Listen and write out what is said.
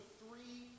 three